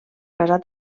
casar